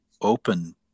open